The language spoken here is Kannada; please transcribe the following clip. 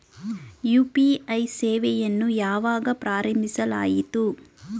ಯು.ಪಿ.ಐ ಸೇವೆಯನ್ನು ಯಾವಾಗ ಪ್ರಾರಂಭಿಸಲಾಯಿತು?